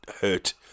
hurt